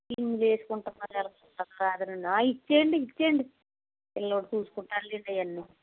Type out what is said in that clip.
ఇన్ని వేసుకోడానికి పుస్తకాలున్నాయా ఇచ్చేయండి ఇచ్చేయండి పిల్లలు చూసుకుంటారు లేండి ఇవన్నీ